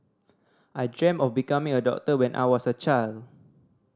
I dreamt of becoming a doctor when I was a child